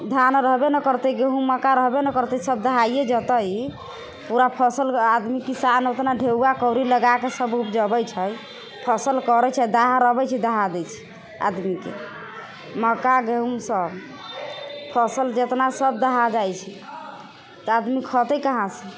धान रहबे नहि करतै गेहूँ मक्का रहबै नहि करतै सब दहाइए जेतै पूरा फसल आदमी किसान ओतना ढौआ कौड़ी लगाकऽ सब उपजबै छै फसल करै छै दहार अबै छै दहा दै छै आदमीके मक्का गेहूँ सब फसल जतना सब दहा जाइ छै तऽ आदमी खेतै कहाँसँ